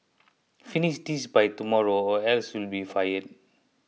finish this by tomorrow or else you'll be fired